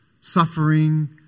suffering